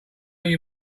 you